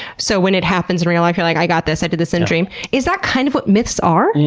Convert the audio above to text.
so when it happens in real life, you're like, i got this, i did this a dream. is that kind of what myths are?